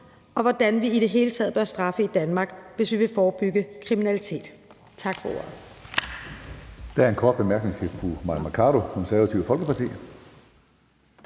om, hvordan vi i det hele taget bør straffe i Danmark, hvis vi vil forebygge kriminalitet. Tak for ordet.